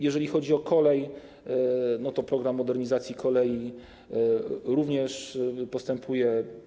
Jeżeli chodzi o kolej, to program modernizacji kolei również postępuje.